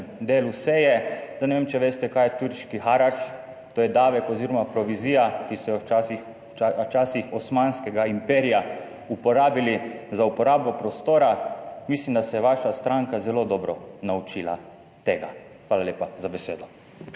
delu seje, da ne vem če veste kaj je turški harač, to je davek oziroma provizija, ki so jo včasih osmanskega imperija uporabili za uporabo prostora. Mislim, da se je vaša stranka zelo dobro naučila tega. Hvala lepa za besedo.